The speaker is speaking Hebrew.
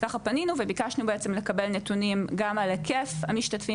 ככה פנינו וביקשנו בעצם לקבל נתונים גם על היקף המשתתפים